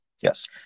Yes